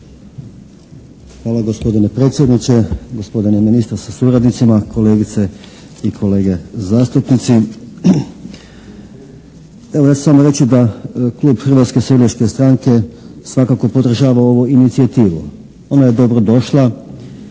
Hvala. Gospodine predsjedniče, gospodine ministre sa suradnicima, kolegice i kolege zastupnici! Evo, ja ću samo reći da Klub Hrvatske seljačke stranke svakako podržava ovu inicijativu. Ona je dobro došla